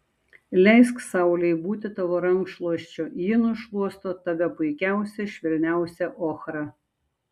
leisk saulei būti tavo rankšluosčiu ji nušluosto tave puikiausia švelniausia ochra